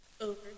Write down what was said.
over